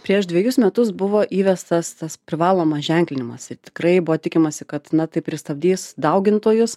prieš dvejus metus buvo įvestas tas privalomas ženklinimas ir tikrai buvo tikimasi kad na tai pristabdys daugintojus